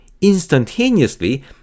instantaneously